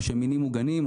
או שהם מינים מוגנים,